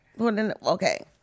Okay